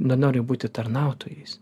nenori būti tarnautojais